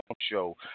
Show